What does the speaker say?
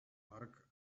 бараг